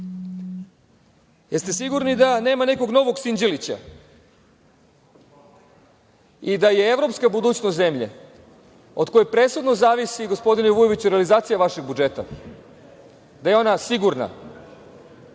ste sigurni da nema nekog novog Sinđelića? I da je evropska budućnost zemlje od koje presudno zavisi, gospodine Vujoviću, realizacija vašeg budžeta, da je ona sigurna.